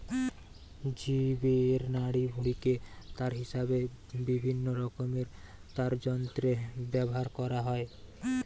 জীবের নাড়িভুঁড়িকে তার হিসাবে বিভিন্নরকমের তারযন্ত্রে ব্যাভার কোরা হয়